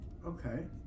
Okay